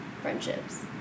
friendships